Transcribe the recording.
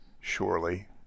surely